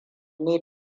ne